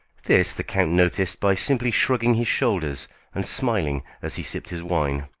this the count noticed by simply shrugging his shoulders and smiling as he sipped his wine.